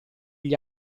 gli